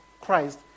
Christ